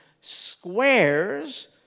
squares